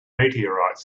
meteorites